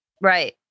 Right